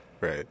Right